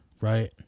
right